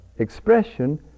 Expression